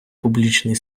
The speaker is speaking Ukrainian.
публічний